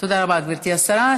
תודה רבה, גברתי השרה.